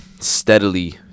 steadily